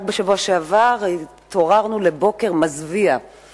גם עיריית לוד לא מוכנה לקבל אותו כשכונה של